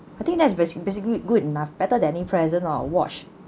I think that's basic~ basically good enough better than any present lor watch